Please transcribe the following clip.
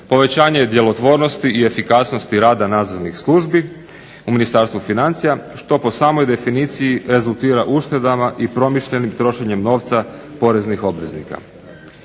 povećanje djelotvornosti i efikasnosti rada nadzornih službi u Ministarstvu financija što po samoj definiciji rezultira uštedama i promišljenim trošenjem novca poreznih obveznika.